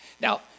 Now